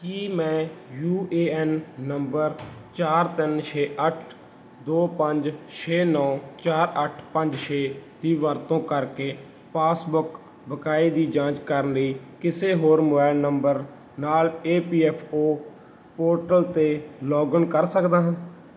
ਕੀ ਮੈਂ U A N ਨੰਬਰ ਚਾਰ ਤਿੰਨ ਛੇ ਅੱਠ ਦੋ ਪੰਜ ਛੇ ਨੌਂ ਚਾਰ ਅੱਠ ਪੰਜ ਛੇ ਦੀ ਵਰਤੋਂ ਕਰਕੇ ਪਾਸਬੁੱਕ ਬਕਾਏ ਦੀ ਜਾਂਚ ਕਰਨ ਲਈ ਕਿਸੇ ਹੋਰ ਮੋਬਾਈਲ ਨੰਬਰ ਨਾਲ E P F O portal 'ਤੇ ਲੌਗਇਨ ਕਰ ਸਕਦਾ ਹਾਂ